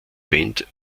band